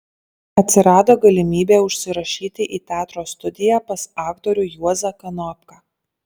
atsirado galimybė užsirašyti į teatro studiją pas aktorių juozą kanopką